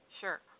sure